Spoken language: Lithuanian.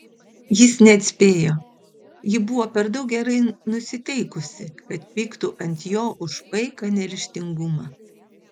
jis neatspėjo ji buvo per daug gerai nusiteikusi kad pyktų ant jo už paiką neryžtingumą